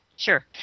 Sure